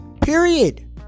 period